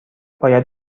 باید